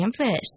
campus